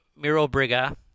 Mirobriga